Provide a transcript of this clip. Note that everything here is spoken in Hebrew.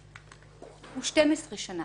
הוא 12 שנים.